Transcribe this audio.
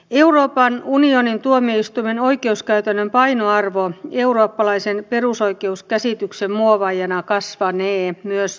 euroopan unionin tuomioistuimen oikeuskäytännön painoarvo eurooppalaisen perusoikeuskäsityksen muovaajana kasvanee myös tulevaisuudessa